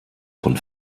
von